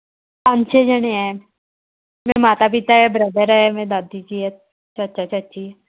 ਪੰਜ ਛੇ ਜਣੇ ਹੈ ਮੇਰੇ ਮਾਤਾ ਪਿਤਾ ਹੈ ਬ੍ਰਦਰ ਹੈ ਮੇਰੇ ਦਾਦੀ ਜੀ ਹੈ ਚਾਚਾ ਚਾਚੀ ਹੈ